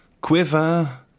Quiver